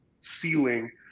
ceiling